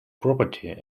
property